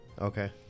Okay